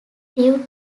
due